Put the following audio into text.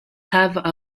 have